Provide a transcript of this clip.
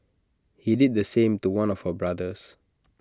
he did the same to one of her brothers